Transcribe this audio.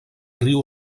riu